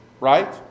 Right